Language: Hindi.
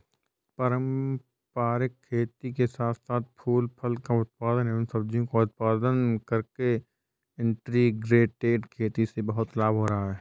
पारंपरिक खेती के साथ साथ फूल फल का उत्पादन एवं सब्जियों का उत्पादन करके इंटीग्रेटेड खेती से बहुत लाभ हो रहा है